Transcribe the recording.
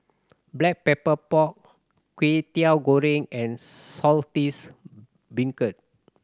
Black Pepper Pork Kwetiau Goreng and Saltish Beancurd